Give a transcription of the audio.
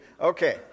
Okay